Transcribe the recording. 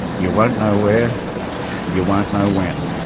you won't know where you won't know when.